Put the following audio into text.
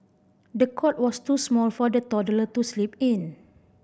the cot was too small for the toddler to sleep in